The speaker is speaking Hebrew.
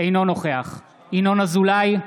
נוכח ינון אזולאי,